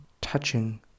touching